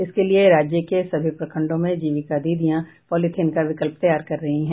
इसके लिए राज्य के सभी प्रखंडों में जीविका दीदियां पॉलिथीन का विकल्प तैयार कर रही हैं